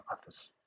others